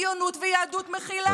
ציונות ויהדות מכילה.